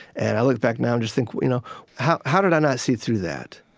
and i look back now just think, you know how how did i not see through that?